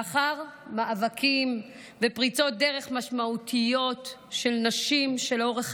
לאחר מאבקים ופריצות דרך משמעותיות של נשים שלאורך